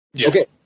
Okay